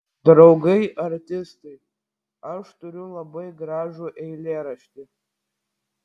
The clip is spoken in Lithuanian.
draugai artistai aš turiu labai gražų eilėraštį